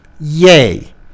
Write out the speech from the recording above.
Yay